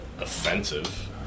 offensive